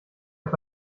auf